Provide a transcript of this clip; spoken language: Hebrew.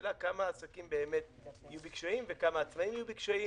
מהשאלה כמה עסקים באמת יהיו בקשיים וכמה עצמאיים יהיו בקשיים